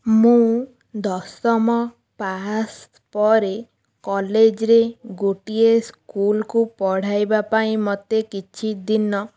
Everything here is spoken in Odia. ମୁଁ ଦଶମ ପାସ୍ ପରେ କଲେଜ୍ରେ ଗୋଟିଏ ସ୍କୁଲକୁ ପଢ଼ାଇବା ପାଇଁ ମୋତେ କିଛିଦିନ